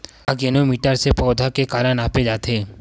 आकजेनो मीटर से पौधा के काला नापे जाथे?